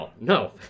No